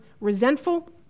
resentful